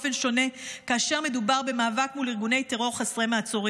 שונה כאשר מדובר במאבק מול ארגוני טרור חסרי מעצורים,